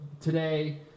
today